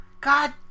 God